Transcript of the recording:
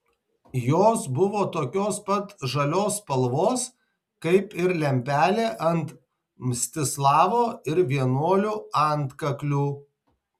jos buvo tokios pat žalios spalvos kaip ir lempelė ant mstislavo ir vienuolių antkaklių